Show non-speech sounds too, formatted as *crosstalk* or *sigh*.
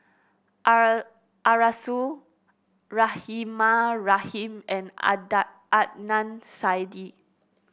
*unintelligible* Arasu Rahimah Rahim and *unintelligible* Adnan Saidi